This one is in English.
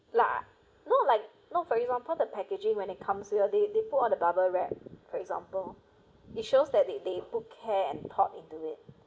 lah no like no for example the packaging when it comes to your they they put on the bubble wrap for example it shows that they they put care and thought into it